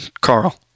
Carl